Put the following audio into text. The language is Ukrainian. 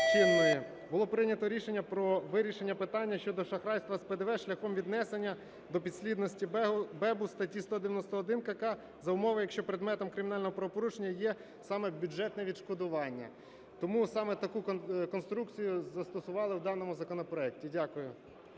було прийнято рішення про вирішення питання щодо шахрайства з ПДВ шляхом віднесення до підслідності БЕБу статті 191 КК за умови, якщо предметом кримінального правопорушення є саме бюджетне відшкодування. Тому саме таку конструкцію застосували в даному законопроекті. Дякую.